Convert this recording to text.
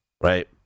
right